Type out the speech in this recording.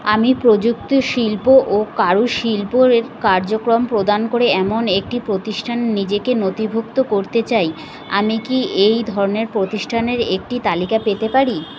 আমি প্রযুক্তি শিল্প ও কারুশিল্প এর কার্যক্রম প্রদান করে এমন একটি প্রতিষ্ঠানে নিজেকে নথিভুক্ত করতে চাই আমি কি এই ধরনের প্রতিষ্ঠানের একটি তালিকা পেতে পারি